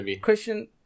Christian